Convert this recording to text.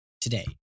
today